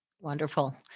Wonderful